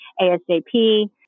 ASAP